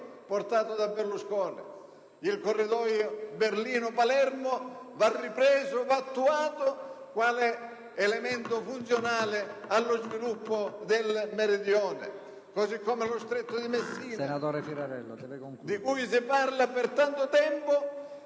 progetto di Berlusconi: il corridoio Berlino-Palermo va ripreso ed attuato quale elemento funzionale allo sviluppo del Meridione, così come il ponte sullo Stretto di Messina, di cui si parla da tanto tempo,